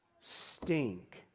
stink